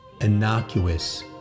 innocuous